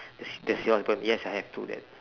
there's there's your pen yes I have two that